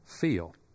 feel